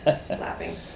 slapping